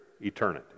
eternity